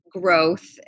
growth